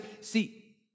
see